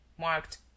marked